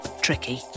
tricky